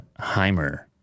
Heimer